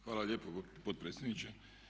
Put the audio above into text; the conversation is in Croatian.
Hvala lijepo potpredsjedniče.